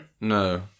No